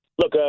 Look